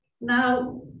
Now